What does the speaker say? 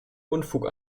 unfug